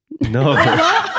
No